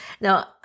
Now